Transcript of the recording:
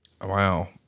Wow